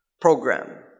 program